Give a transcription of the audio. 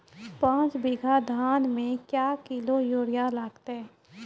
पाँच बीघा धान मे क्या किलो यूरिया लागते?